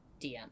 DM